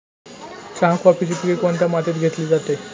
चहा, कॉफीचे पीक कोणत्या मातीत घेतले जाते?